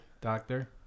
Doctor